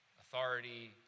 authority